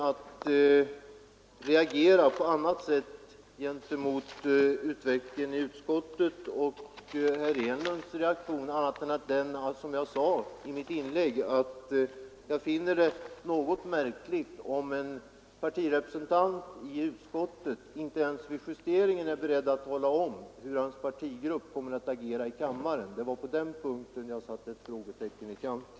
Beträffande utvecklingen i utskottet och herr Enlunds agerande har jag ingen anledning att reagera på annat sätt än att — som jag sade i mitt förra inlägg — jag finner det något märkligt att en partirepresentant i utskottet inte ens vid justeringen är beredd att tala om hur hans partigrupp kommer att agera i kammaren. Det var på den punkten som jag satte ett frågetecken i kanten.